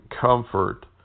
comfort